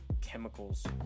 chemicals